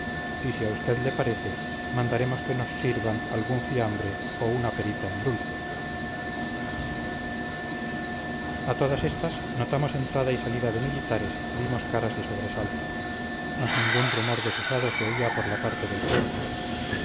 y si a usted le parece mandaremos que nos sirvan algún fiambre o una perita en dulce a todas estas notamos entrada y salida de militares vimos caras de sobresalto mas ningún rumor desusado se oía por la parte del pueblo